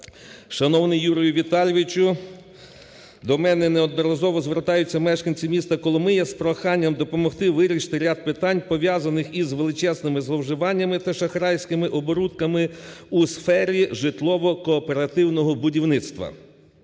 Шановний Юрію Віталійовичу, до мене неодноразово звертаються мешканці міста Коломия з проханням допомогти вирішити ряд питань, пов'язаних із величезними зловживаннями та шахрайськими оборудками у сфері житлово-кооперативного будівництва.